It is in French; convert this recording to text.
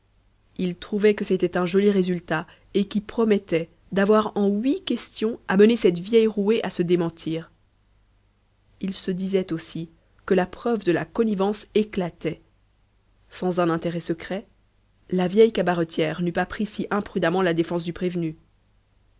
il trouvait que c'était un joli résultat et qui promettait d'avoir en huit questions amené cette vieille rouée à se démentir il se disait aussi que la preuve de la connivence éclatait sans un intérêt secret la vieille cabaretière n'eût pas pris si imprudemment la défense du prévenu